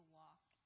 walk